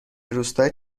روستایی